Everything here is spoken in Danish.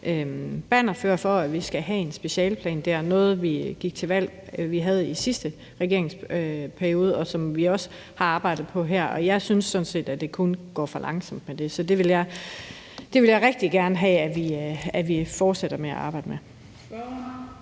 bannerførere for, at vi skal have en specialeplan. Det var også noget, vi havde med i sidste regeringsperiode, og som vi også har arbejdet på her, og jeg synes sådan set kun, at det går for langsomt med det. Så det vil jeg rigtig gerne have at vi fortsætter med at arbejde med.